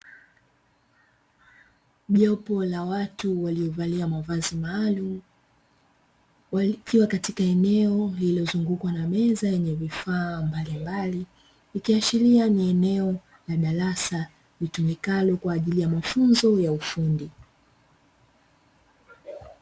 Jopo la watu waliovalia mavazi maalumu wakiwa katika eneo lililozungukwa na meza vifaa mbalimbali. Ikiashiria ni eneo la darasa litumikalo kwa ajili ya mafunzo ya ufundi.